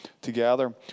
together